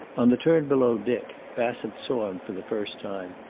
on the turn below dick, bassett saw him for the first time,